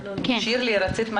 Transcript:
משהו?